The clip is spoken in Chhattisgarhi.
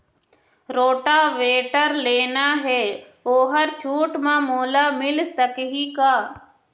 रोटावेटर लेना हे ओहर छूट म मोला मिल सकही का?